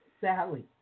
Sally